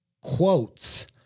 quotes